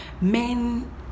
men